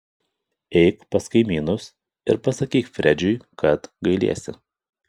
eik pas kaimynus ir pasakyk fredžiui kad gailiesi